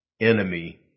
enemy